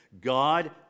God